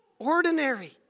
Ordinary